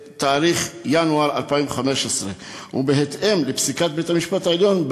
בינואר 2015 ובהתאם לפסיקת בית-המשפט העליון,